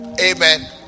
Amen